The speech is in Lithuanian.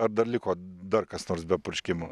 ar dar liko dar kas nors be purškimo